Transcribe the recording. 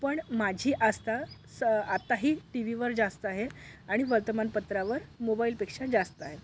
पण माझी आस्था स आत्ताही टी व्हीवर जास्त आहे आणि वर्तमानपत्रावर मोबाइलपेक्षा जास्त आहे